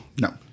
No